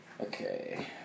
Okay